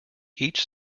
each